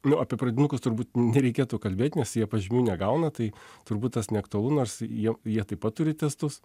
nu apie pradinukus turbūt nereikėtų kalbėt nes jie pažymių negauna tai turbūt tas neaktualu nors jie jie taip pat turi testus